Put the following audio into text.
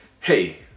hey